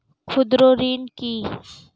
ক্ষুদ্র ঋণ কি?